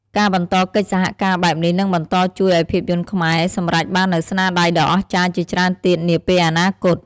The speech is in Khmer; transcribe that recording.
ការបន្តកិច្ចសហការបែបនេះនឹងបន្តជួយឱ្យភាពយន្តខ្មែរសម្រេចបាននូវស្នាដៃដ៏អស្ចារ្យជាច្រើនទៀតនាពេលអនាគត។